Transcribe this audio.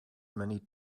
many